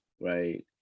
right